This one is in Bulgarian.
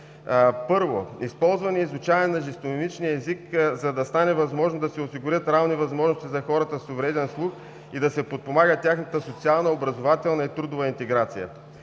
Първо, използване и изучаване на жестомимичния език, за да стане възможно да се осигурят равни възможности на хората с увреден слух и да се подпомага тяхната социална, образователна и трудова интеграция.